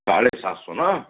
साढ़े सात सौ ना